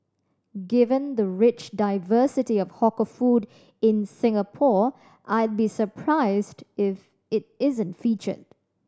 given the rich diversity of hawker food in Singapore I'd be surprised if it isn't featured